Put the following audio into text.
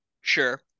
Sure